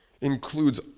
includes